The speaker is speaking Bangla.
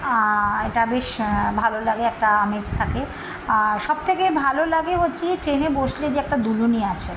এটা বেশ ভালো লাগে একটা আমেজ থাকে সব থেকে ভালো লাগে হচ্ছে যে ট্রেনে বসলে যে একটা দুলুনি আছে